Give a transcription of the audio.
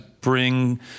bring